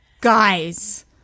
Guys